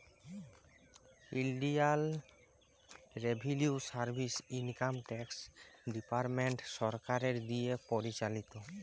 ইলডিয়াল revenue service income tax department সরকারের দিঁয়ে পরিচালিত